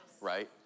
right